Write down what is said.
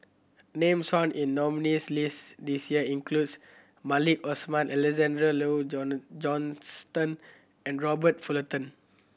names found in nominees' list this year includes Maliki Osman Alexander Laurie Johnston and Robert Fullerton